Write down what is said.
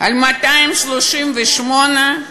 על 238,